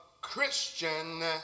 Christian